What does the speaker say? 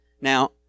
Now